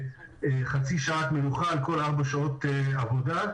חצי שעת מנוחה על כל ארבע שעות עבודה.